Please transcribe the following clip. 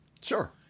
Sure